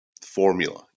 formula